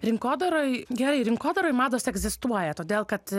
rinkodaroj gerai rinkodaroj mados egzistuoja todėl kad